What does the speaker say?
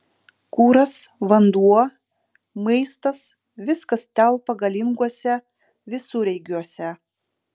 kuras vanduo maistas viskas telpa galinguose visureigiuose